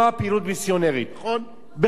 בכל הדתות,